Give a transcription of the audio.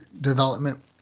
development